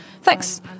Thanks